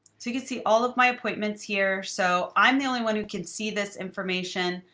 so you could see all of my appointments here. so i'm the only one who can see this information.